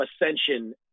ascension